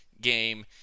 game